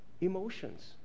emotions